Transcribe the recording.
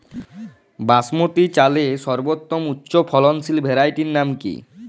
বাসমতী চালের সর্বোত্তম উচ্চ ফলনশীল ভ্যারাইটির নাম কি?